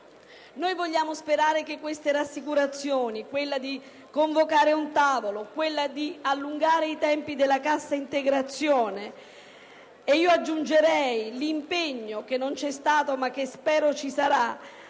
Vogliamo sperare che queste rassicurazioni, quella di convocare un tavolo e quella di allungare i tempi della cassa integrazione - e io aggiungerei l'impegno, che non c'è stato ma che spero ci sarà,